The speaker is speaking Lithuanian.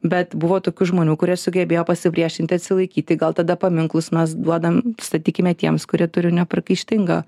bet buvo tokių žmonių kurie sugebėjo pasipriešinti atsilaikyti gal tada paminklus mes duodam statykime tiems kurie turi nepriekaištingą